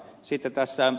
kuten ed